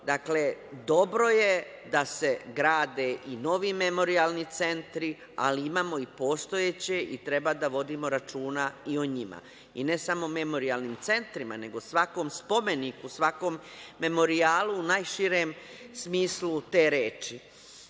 dakle, dobro je da se grade i novi memorijalni centri, ali imamo i postojeće i treba da vodimo računa i o njima. I ne samo o memorijalnim centrima, nego i o svakom spomeniku, o svakom memorijalu u najširem smislu te reči. Ja